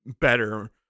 better